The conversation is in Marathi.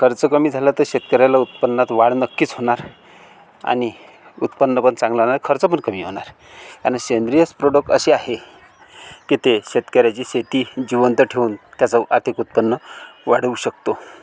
खर्च कमी झाला तर शेतकऱ्याला उत्पन्नात वाढ नक्कीच होणार आणि उत्पन्न पण चालणार आणि खर्च पण कमी होणार आणि सेंद्रिय प्रोडक्ट असे आहे की ते शेतकऱ्याची शेती जिवंत ठेवून त्याचा आर्थिक उत्पन्न वाढवू शकतो